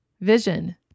vision